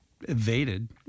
Evaded